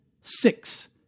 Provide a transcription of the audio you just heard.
six